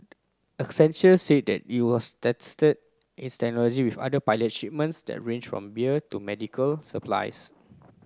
accenture said it was tested its technology with other pilot shipments that range from beer to medical supplies